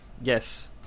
Yes